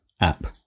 app